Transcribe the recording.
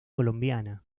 colombiana